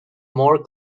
more